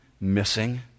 missing